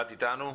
איתנו?